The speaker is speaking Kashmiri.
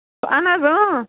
آہَن حظ ٲں